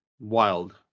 Wild